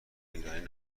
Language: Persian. ایرانی